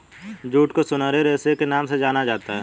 jute को सुनहरे रेशे के नाम से जाना जाता है